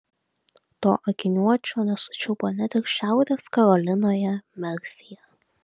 to akiniuočio nesučiupo net ir šiaurės karolinoje merfyje